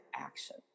action